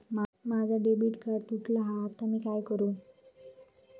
माझा debit card तुटला हा आता मी काय करू?